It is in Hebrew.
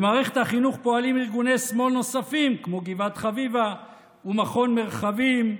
במערכת החינוך פועלים ארגוני שמאל נוספים כמו גבעת חביבה ומכון מרחבים,